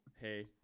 hey